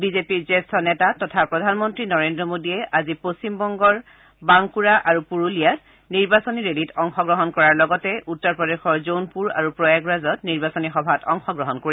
বিজেপিৰ জ্যেষ্ঠ নেতা তথা প্ৰধানমন্ত্ৰী নৰেন্দ্ৰ মোদীয়ে আজি পশ্চিমবংগৰ বাংপুৰা আৰু পুৰুলিয়াত নিৰ্বাচনী ৰেলীত অংশগ্ৰহণ কৰাৰ লগতে উত্তৰ প্ৰদেশৰ জৌনপুৰ আৰু প্ৰয়াগৰাজত নিৰ্বাচনী সভাত অংশগ্ৰহণ কৰিব